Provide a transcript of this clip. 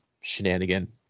shenanigan